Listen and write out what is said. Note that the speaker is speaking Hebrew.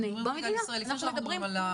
אנחנו מדברים על ישראל.